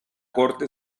corte